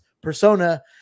persona